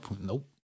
Nope